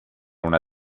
una